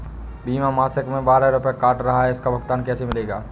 बीमा मासिक में बारह रुपय काट रहा है इसका भुगतान कैसे मिलेगा?